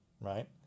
right